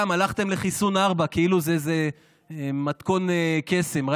אגב, הלכתם לחיסון רביעי כאילו זה מתכון קסם.